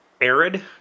arid